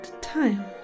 time